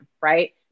Right